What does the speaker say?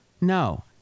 No